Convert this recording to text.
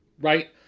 right